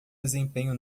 desempenho